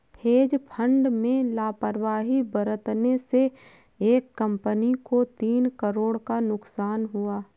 hedge fund में लापरवाही बरतने से एक कंपनी को तीन करोड़ का नुकसान हुआ